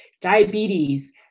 diabetes